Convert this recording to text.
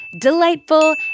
delightful